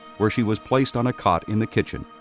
where she was placed on a cot in the kitchen,